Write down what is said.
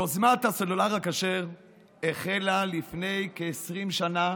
יוזמת הסלולרי הכשר החלה לפני כ-20 שנה